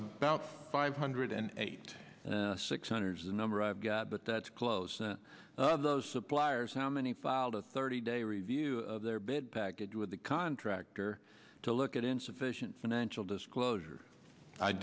about five hundred and eight six hundred the number i've got but that's close those suppliers how many filed a thirty day review of their bid package with the contractor to look at insufficient financial disclosure i